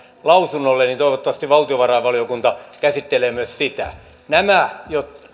lausunnolle niin toivottavasti valtiovarainvaliokunta käsittelee myös sitä nämä